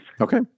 Okay